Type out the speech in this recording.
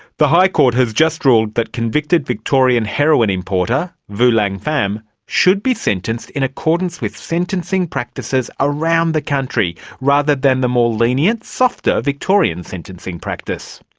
the high court has just ruled that convicted victorian heroin importer vu lang pham should be sentenced in accordance with sentencing practices around the country rather than the more lenient, softer victorian sentencing practice.